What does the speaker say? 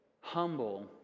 humble